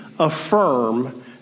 Affirm